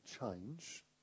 change